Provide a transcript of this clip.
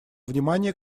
внимание